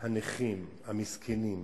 הנכים, המסכנים,